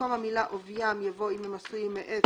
במקום המילה "עביים" יבוא "אם הם עשויים מעץ,